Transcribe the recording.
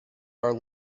are